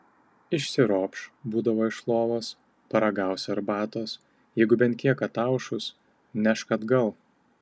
išsiropš būdavo iš lovos paragaus arbatos jeigu bent kiek ataušus nešk atgal